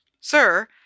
Sir